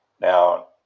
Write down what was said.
now